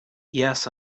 yes